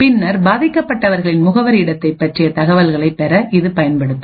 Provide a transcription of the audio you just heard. பின்னர் பாதிக்கப்பட்டவர்களின் முகவரி இடத்தைப் பற்றிய தகவல்களைப் பெற இது பயன்படும்